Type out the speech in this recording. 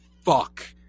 Fuck